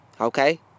Okay